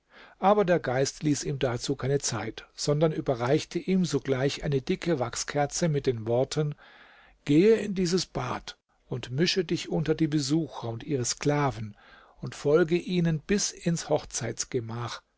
aber der geist ließ ihm dazu keine zeit sondern überreichte ihm sogleich eine dicke wachskerze mit den worten gehe in dieses bad und mische dich unter die besucher und ihre sklaven und folge ihnen bis ins